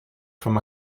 from